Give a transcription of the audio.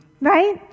right